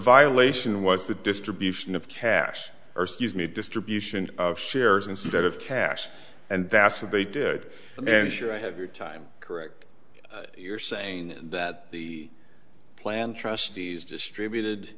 violation was the distribution of cash or scuse me distribution of shares instead of cash and that's what they did and sure i have your time correct you're saying that the plan trustees distributed